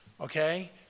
Okay